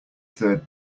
third